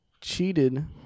cheated